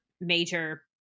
major